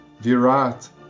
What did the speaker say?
Virat